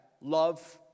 love